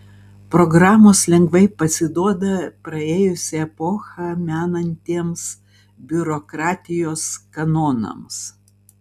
programos lengvai pasiduoda praėjusią epochą menantiems biurokratijos kanonams